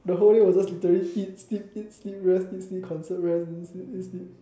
the whole day was just literally eat sleep eat sleep rest eat sleep concert rest eat sleep eat sleep